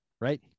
Right